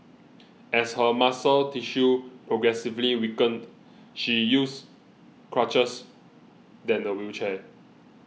as her muscle tissue progressively weakened she used crutches then a wheelchair